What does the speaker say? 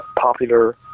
popular